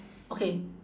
okay